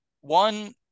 One